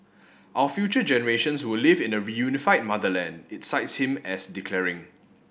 our future generations will live in a reunified motherland it cites him as declaring